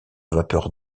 vapeur